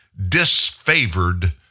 disfavored